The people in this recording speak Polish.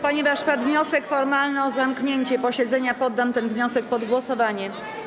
Ponieważ padł wniosek formalny o zamknięcie posiedzenia, poddam ten wniosek pod głosowanie.